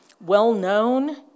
well-known